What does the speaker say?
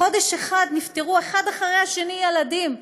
בחודש אחד נפטרו אחד אחרי השני ילדים.